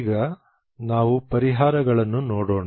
ಈಗ ನಾವು ಪರಿಹಾರಗಳನ್ನು ನೋಡೋಣ